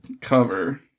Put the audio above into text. cover